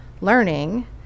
learning